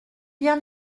bien